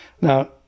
Now